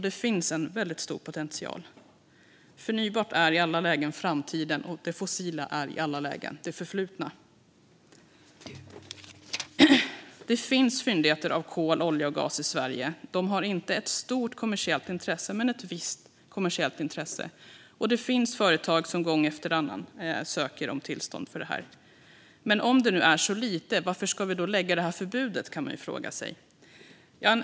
Det finns en stor potential. Förnybart är i alla lägen framtiden, och det fossila är i alla lägen det förflutna. Det finns fyndigheter av kol, olja och gas i Sverige. De har inte ett stort kommersiellt intresse, men de har ett visst kommersiellt intresse. Och det finns företag som gång efter annan söker tillstånd. Men om det är så lite, varför ska det vara ett förbud, kan man fråga sig.